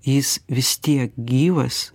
jis vis tiek gyvas